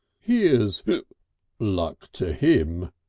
here's luck to him,